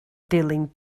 dilyn